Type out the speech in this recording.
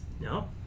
no